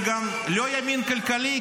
אתם לא ימין ביטחוני,